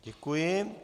Děkuji.